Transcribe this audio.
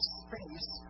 space